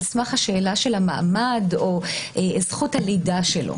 סמך השאלה של המעמד או זכות הלידה שלו.